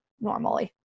normally